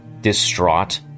distraught